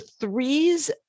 threes